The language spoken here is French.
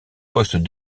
poste